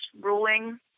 ruling